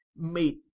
meet